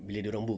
bila dorang book